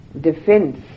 defense